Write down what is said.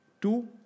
Two